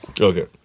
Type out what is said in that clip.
Okay